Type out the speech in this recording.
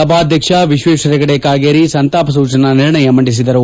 ಸಭಾಧ್ಯಕ್ಷ ವಿಶ್ವೇಶ್ವರ ಹೆಗಡೆ ಕಾಗೇರಿ ಸಂತಾಪ ಸೂಚನಾ ನಿರ್ಣಯ ಮಂಡಿಸಿದರು